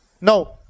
No